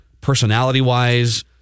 personality-wise